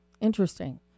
Interesting